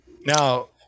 Now